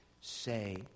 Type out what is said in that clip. say